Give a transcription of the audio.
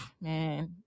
man